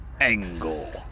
Angle